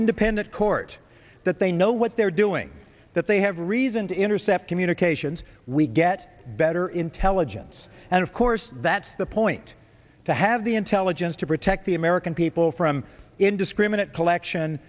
independent court that they know what they're doing that they have reason to intercept communications we get better intelligence and of course that's the point to have the intelligence to protect the american people from indiscriminate collection